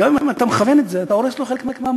גם אם אתה מכוון את זה, אתה הורס לו חלק מהמוח,